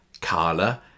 Carla